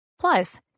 Plus